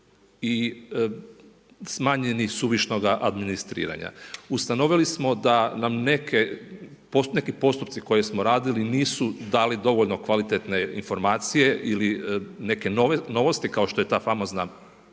i smanjeni suvišnog administriranja. Ustanovili smo da nam neki postupci koje smo radili, nisu dali dovoljno kvalitetne informacije ili neke novosti kao što je ta famozna